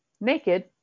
naked